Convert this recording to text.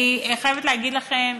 אני חייבת להגיד לכם,